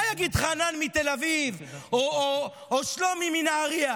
מה יגיד חנן מתל אביב או שלומי מנהריה?